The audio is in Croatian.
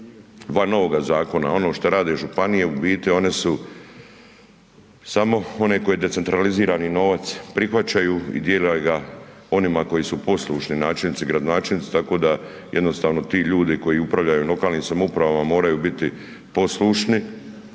van ovoga zakona ono što rade županije u biti one su samo one koje decentralizirani novac prihvaćaju i dijele ga onima koji su poslušni načelnici, gradonačelnici tako da jednostavno ti ljudi koji upravljaju lokalnim samoupravama moraju biti poslušni